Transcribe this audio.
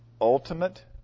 Ultimate